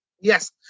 Yes